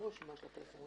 לא רשימה של הטייסים.